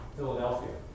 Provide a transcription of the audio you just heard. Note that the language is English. Philadelphia